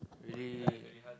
really